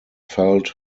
felt